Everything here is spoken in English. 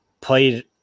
played